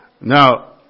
Now